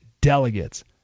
delegates